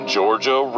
Georgia